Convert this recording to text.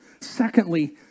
Secondly